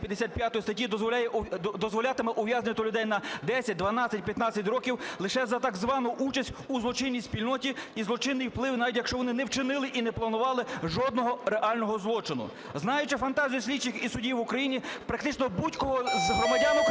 255 статті дозволятиме ув'язнювати людей на 10, 12, 15 років лише за так звану участь у злочинній спільноті і злочинний вплив, навіть якщо вони не вчинили і не планували жодного реального злочину. Знаючи фантазію слідчих і судів в Україні, практично будь-кого з громадян